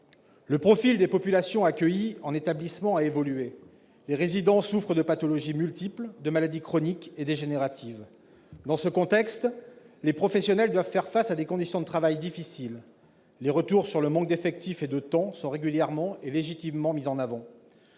Le profil des populations accueillies en établissement a évolué : les résidants souffrent de pathologies multiples, de maladies chroniques et dégénératives. Dans ce contexte, les professionnels doivent faire face à des conditions de travail difficiles : le manque d'effectifs et de temps est régulièrement et légitimement mis en avant.